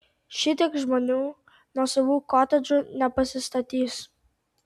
šitiek žmonių nuosavų kotedžų nepasistatys